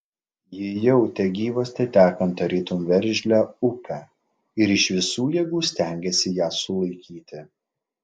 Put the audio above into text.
ji jautė gyvastį tekant tarytum veržlią upę ir iš visų jėgų stengėsi ją sulaikyti